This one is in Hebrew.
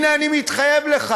הנה, אני מתחייב לך: